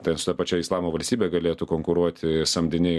ten su ta pačia islamo valstybe galėtų konkuruoti samdiniai